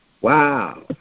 wow